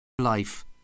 life